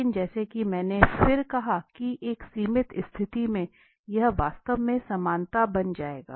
लेकिन जैसा कि मैंने फिर कहा कि एक सीमित स्थिति में यह वास्तव में समानता बन जाएगा